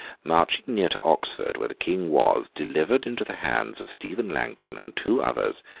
marching near to oxford where the king was, delivered into the hands of stephen langton and two others,